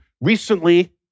recently